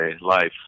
life